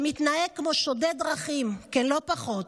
שמתנהג כמו שודד דרכים, לא פחות.